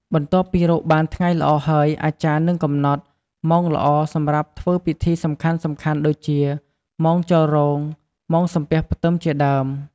បន្ទាប់ពីរកបានថ្ងៃល្អហើយ អាចារ្យនឹងកំណត់ ម៉ោងល្អ សម្រាប់ធ្វើពិធីសំខាន់ៗ ដូចជា ម៉ោងចូលរោង ម៉ោងសំពះផ្ទឹម ជាដើម។